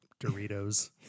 Doritos